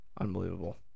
Unbelievable